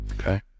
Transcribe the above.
okay